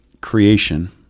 creation